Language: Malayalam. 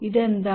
ഇത് എന്താണ്